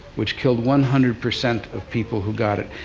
which killed one hundred percent of people who got it.